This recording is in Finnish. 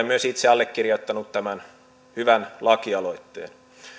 myös itse allekirjoittanut tämän hyvän lakialoitteen